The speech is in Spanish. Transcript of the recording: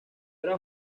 era